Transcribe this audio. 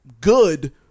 good